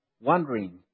wondering